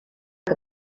que